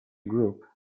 group